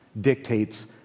dictates